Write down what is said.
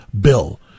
bill